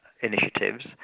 initiatives